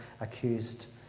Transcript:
accused